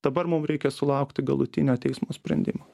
dabar mum reikia sulaukti galutinio teismo sprendimo